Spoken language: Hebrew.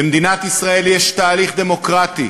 במדינת ישראל יש תהליך דמוקרטי,